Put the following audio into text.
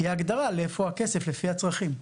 תהיה הגדרה לאיפה הכסף לפי הצרכים.